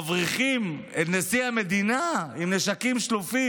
מבריחים את נשיא המדינה כשהמאבטחים שלו עם נשקים שלופים,